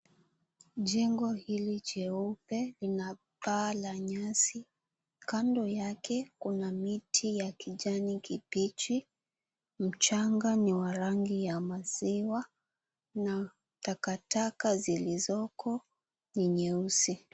Jengo hili jeupe lina paa la nyasi kando yake kuna miti ya kijani kibichi, mchanga ni wa rangi ya maziwa na takataka zilizoko ni nyeusi.